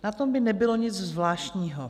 Na tom by nebylo nic zvláštního.